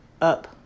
up